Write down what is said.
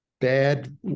Bad